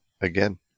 again